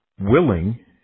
willing